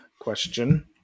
question